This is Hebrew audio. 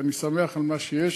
אני שמח על מה שיש,